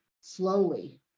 Slowly